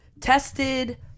tested